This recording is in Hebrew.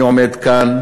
אני עומד כאן